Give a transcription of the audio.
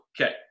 Okay